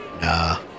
Nah